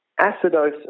Acidosis